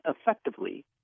effectively